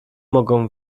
mogą